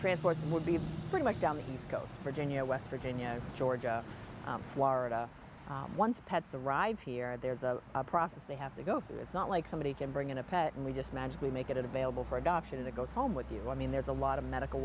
transports would be pretty much down the east coast virginia west virginia georgia florida once pets arrive here there's a process they have to go through it's not like somebody can bring in a pet and we just magically make it available for adoption in the go home with you i mean there's a lot of medical